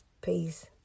Peace